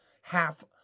half